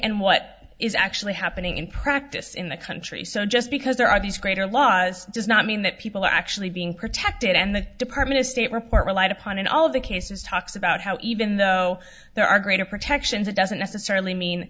and what is actually happening in practice in the country so just because there are these greater laws does not mean that people are actually being protected and the department of state report relied upon in all of the cases talks about how even though there are greater protections it doesn't necessarily mean